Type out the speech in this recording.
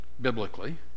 biblically